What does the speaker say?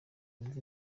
wumve